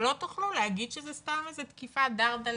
שלא תוכלו להגיד שזה תקיפה דרדלה כזאת.